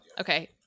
okay